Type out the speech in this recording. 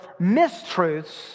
mistruths